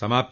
समाप्त